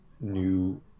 new